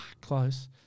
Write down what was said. close